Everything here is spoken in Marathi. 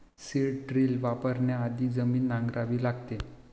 सीड ड्रिल वापरण्याआधी जमीन नांगरावी लागते